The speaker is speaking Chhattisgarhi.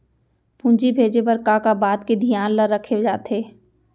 पूंजी भेजे बर का का बात के धियान ल रखे जाथे?